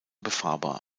befahrbar